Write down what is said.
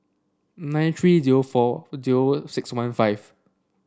nine three zero four zero six one five